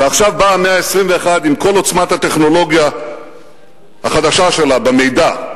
ועכשיו באה המאה ה-21 עם כל עוצמת הטכנולוגיה החדשה שלה במידע,